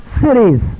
cities